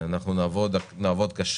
אנחנו נעבוד קשה,